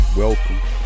welcome